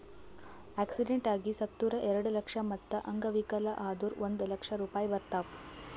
accident ಆಗಿ ಸತ್ತುರ್ ಎರೆಡ ಲಕ್ಷ, ಮತ್ತ ಅಂಗವಿಕಲ ಆದುರ್ ಒಂದ್ ಲಕ್ಷ ರೂಪಾಯಿ ಬರ್ತಾವ್